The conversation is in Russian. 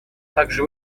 также